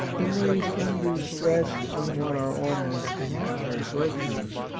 and lays undue stress on what are almost natural virtues,